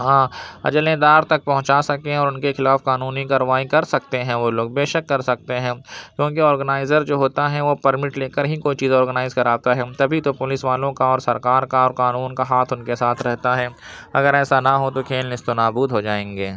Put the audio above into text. ہاں اجلے دار تک پہنچا سکیں اور ان کے خلاف قانونی کارروائی کر سکتے ہیں وہ لوگ بیشک کر سکتے ہیں کیوںکہ آرگنائزر جو ہوتا ہے وہ پرمٹ لے کر ہی کوئی چیز آرگنائز کراتا ہے تبھی تو پولس والوں کا اور سرکار کا اور قانون کا ہاتھ ان کے ساتھ رہتا ہے اگر ایسا نہ ہو تو کھیل نیست و نابود ہو جائیں گے